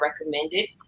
recommended